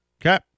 Okay